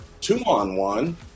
two-on-one